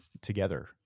together